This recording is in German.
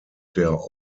der